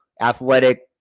athletic